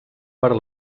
per